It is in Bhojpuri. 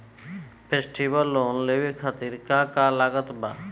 फेस्टिवल लोन लेवे खातिर का का लागत बा?